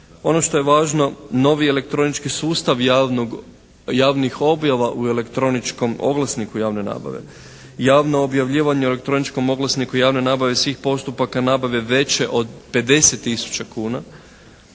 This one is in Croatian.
Ono što je važno, novi elektronički sustav javnih objava u elektroničkom oglasniku javne nabave, javno objavljivanje u elektroničkom oglasniku javne nabave svih postupaka nabave veće od 50 tisuća kuna,